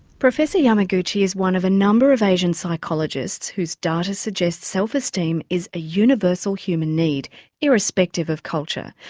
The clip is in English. professor yamaguchi is one of a number of asian psychologists whose data suggests self-esteem is a universal human need irrespective of culture.